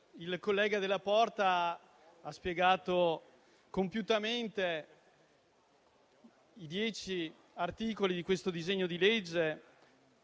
il collega Della Porta ha spiegato compiutamente i dieci articoli del disegno di legge